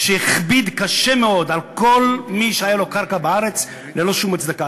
שהכביד מאוד על כל מי שהיה לו קרקע בארץ וללא שום הצדקה.